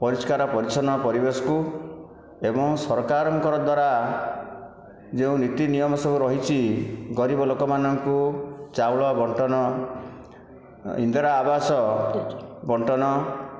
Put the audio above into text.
ପରିଷ୍କାର ପରିଚ୍ଛନ୍ନ ପରିବେଶକୁ ଏବଂ ସରକାରଙ୍କର ଦ୍ଵାରା ଯେଉଁ ନୀତିନିୟମ ସବୁ ରହିଛି ଗରିବ ଲୋକମାନଙ୍କୁ ଚାଉଳ ବଣ୍ଟନ ଇନ୍ଦିରା ଆବାସ ବଣ୍ଟନ